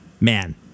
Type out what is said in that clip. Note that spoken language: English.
man